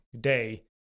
day